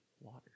water